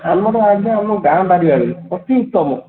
ଆମର ଆଜ୍ଞା ଆମ ଗାଁ ଅତି ଉତ୍ତମ